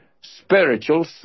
spiritual